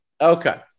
Okay